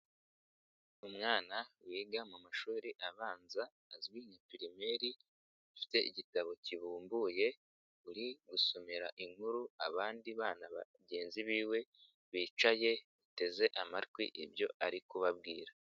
Umwana wiga mu mashuri abanza azwi nka pirimeri, ufite igitabo kibumbuye uri gusomera inkuru abandi bana bagenzi biwe bicaye bateze amatwi ibyo ari kubabwira.